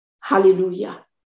Hallelujah